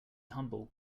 humble